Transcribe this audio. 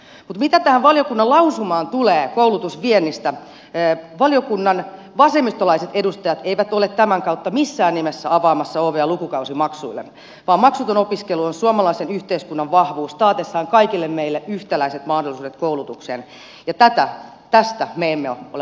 mutta mitä tähän valiokunnan lausumaan koulutusviennistä tulee valiokunnan vasemmistolaiset edustajat eivät ole tämän kautta missään nimessä avaamassa ovea lukukausimaksuille vaan maksuton opiskelu on suomalaisen yhteiskunnan vahvuus taatessaan kaikille meille yhtäläiset mahdollisuudet koulutukseen ja tästä me emme ole valmiita luopumaan